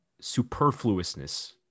superfluousness